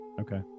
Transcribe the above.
Okay